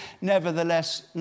nevertheless